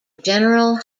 general